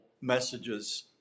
messages